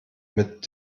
mit